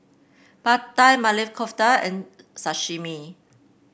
Pad Thai Maili Kofta and Sashimi